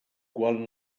quan